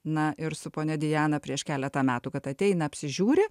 na ir su ponia diana prieš keletą metų kad ateina apsižiūri